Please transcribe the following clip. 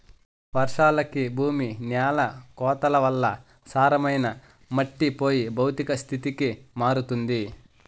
వర్షాలకి భూమి న్యాల కోతల వల్ల సారమైన మట్టి పోయి భౌతిక స్థితికి మారుతుంది